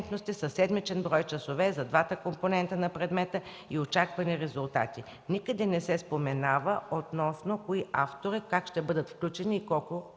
със седмичен брой часове за двата компонента на предмета и очаквани резултати. Никъде не се споменава относно кои автори, как ще бъдат включени и как